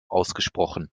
ausgesprochen